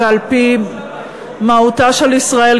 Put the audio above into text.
ועל-פי מהותה של ישראל,